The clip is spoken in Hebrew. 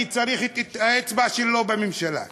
אני צריך את האצבע שלו בממשלה,